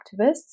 activists